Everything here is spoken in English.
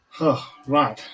Right